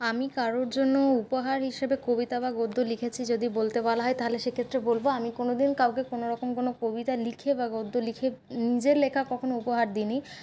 আমি কারুর জন্য উপহার হিসেবে কবিতা বা গদ্য লিখেছি যদি বলতে বলা হয় তাহলে সেক্ষেত্রে বলব আমি কোনোদিন কাউকে কোনোরকম কোন কবিতা লিখে বা গদ্য লিখে নিজের লেখা কখনও উপহার দিই নিই